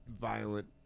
violent